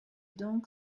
donc